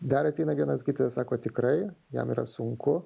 dar ateina vienas gydytojas sako tikrai jam yra sunku